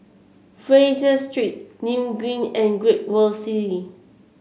Fraser Street Nim Green and Great World City